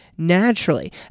naturally